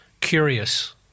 curious